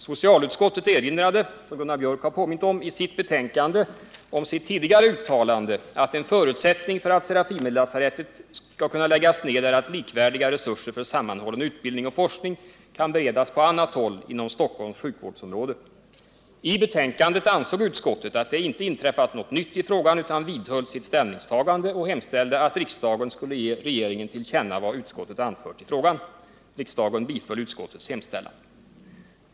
Socialutskottet erinrade i sitt betänkande, som Gunnar Biörck sade, om sitt tidigare uttalande att en förutsättning för att Serafimerlasarettet skall kunna läggas ned är att likvärdiga resurser för sammanhållen utbildning och forskning kan beredas på annat håll inom Stockholms sjukvårdsområde. I betänkandet ansåg utskottet att det inte inträffat något nytt i frågan utan vidhöll sitt ställningstagande och hemställde att riksdagen skulle ge regeringen till känna vad utskottet anfört i frågan. Riksdagen biföll utskottets hemställan.